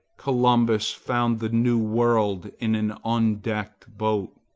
columbus found the new world in an undecked boat.